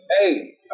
hey